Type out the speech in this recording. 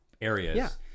areas